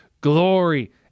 glory